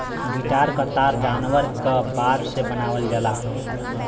guitar क तार जानवर क बार से बनावल जाला